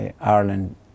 Ireland